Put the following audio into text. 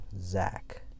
Zach